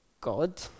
God